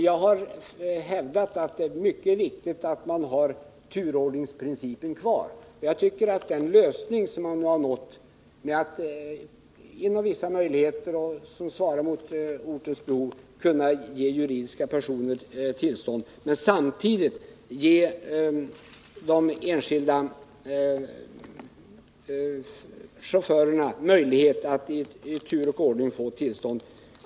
Jag har hävdat att det är mycket viktigt att turordningsprincipen finns kvar, och jag tycker att det är en mycket bra lösning att inom vissa gränser och alltefter ortens behov juridiska personer kan få taxitillstånd och att enskilda chaufförer samtidigt ges möjlighet att i tur och ordning få tillstånd.